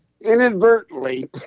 inadvertently